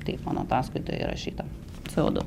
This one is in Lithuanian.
taip mano ataskaitoj įrašyta c o du